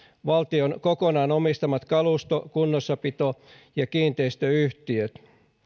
valtion kokonaan omistamat kalusto kunnossapito ja kiinteistöyhtiöt